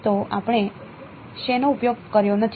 તો આપણે શેનો ઉપયોગ કર્યો નથી